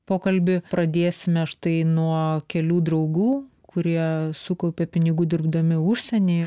pokalbį pradėsime štai nuo kelių draugų kurie sukaupė pinigų dirbdami užsieny